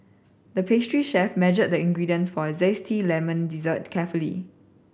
the pastry chef measured the ingredients for a zesty lemon dessert carefully